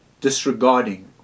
disregarding